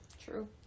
true